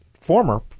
former